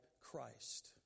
Christ